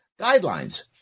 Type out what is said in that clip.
guidelines